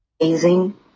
Amazing